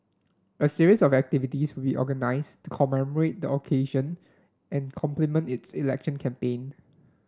a series of activities will be organised to commemorate the occasion and complement its election campaign